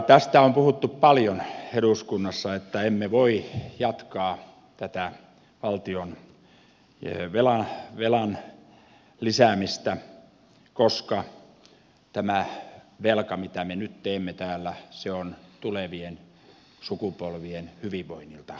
tästä on puhuttu paljon eduskunnassa että emme voi jatkaa tätä valtionvelan lisäämistä koska tämä velka mitä me nyt teemme täällä on tulevien sukupolvien hyvinvoinnilta pois